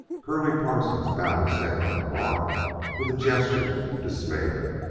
curly parsons bowed his head on the bar with a gesture of despair.